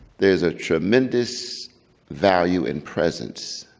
there's a tremendous value in presence.